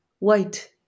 white